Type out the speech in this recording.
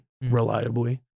reliably